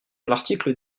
l’article